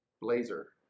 Blazer